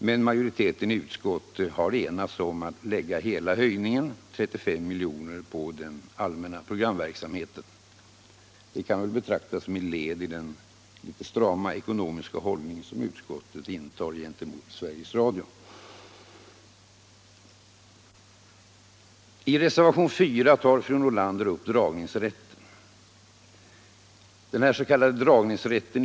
Men utskottets majoritet har enats om att lägga hela höjningen, 35 milj.kr., på den allmänna programverksamheten. Det kan väl betraktas såsom ett led i den strama ekonomiska hållning som utskottet intar gentemot Sveriges Radio. I reservationen 4 tar fru Nordlander upp den s.k. dragningsrätten.